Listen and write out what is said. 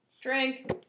Drink